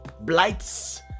blights